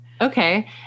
okay